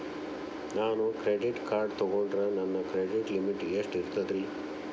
ನಾನು credit card ತೊಗೊಂಡ್ರ ನನ್ನ ಕ್ರೆಡಿಟ್ ಲಿಮಿಟ್ ಎಷ್ಟ ಇರ್ತದ್ರಿ?